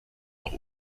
noch